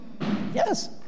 Yes